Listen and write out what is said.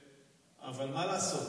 אבל מה לעשות,